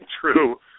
true